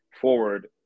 forward